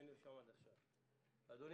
אדוני